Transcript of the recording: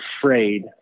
afraid